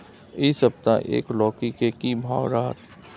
इ सप्ताह एक लौकी के की भाव रहत?